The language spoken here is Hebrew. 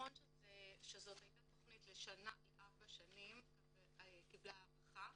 נכון שזאת הייתה תכנית לארבע שנים והיא קיבלה הארכה.